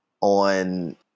on